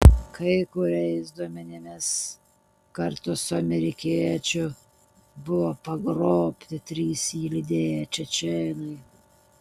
kai kuriais duomenimis kartu su amerikiečiu buvo pagrobti trys jį lydėję čečėnai